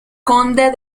conde